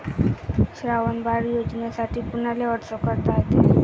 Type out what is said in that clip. श्रावण बाळ योजनेसाठी कुनाले अर्ज करता येते?